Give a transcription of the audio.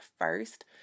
first